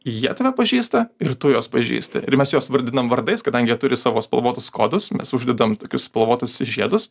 jie tave pažįsta ir tu juos pažįsti ir mes juos vardinam vardais kadangi jie turi savo spalvotus kodus mes uždedam tokius spalvotus žiedus